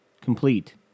Complete